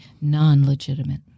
non-legitimate